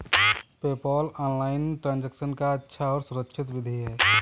PayPal online transaction का अच्छा और सुरक्षित विधि है